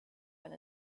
one